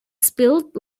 spilled